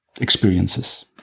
experiences